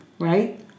Right